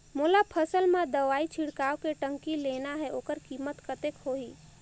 मोला फसल मां दवाई छिड़काव के टंकी लेना हे ओकर कीमत कतेक होही?